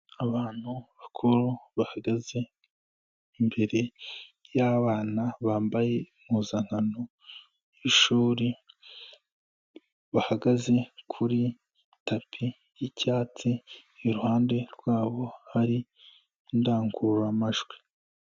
Abantu bakuru bahagaze imbere yabana bambaye impuzankano yishuri bahagaze kuri tapi y'icyatsi iruhande rwabo hari indangururamajwi.